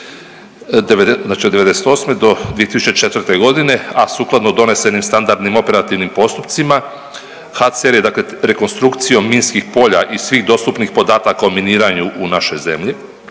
od '98. do 2004. godine, a sukladno donesenim standardnim operativnim postupcima HCR je, dakle rekonstrukcijom minskih polja i svih dostupnih podataka o miniranju u našoj zemlji